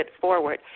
forward